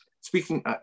Speaking